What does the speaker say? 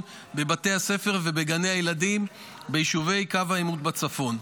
בבתי הספר ובגני הילדים ביישובי קו העימות בצפון.